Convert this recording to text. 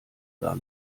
gar